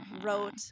wrote